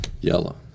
Yellow